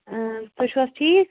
تُہۍ چھُو حظ ٹھیٖک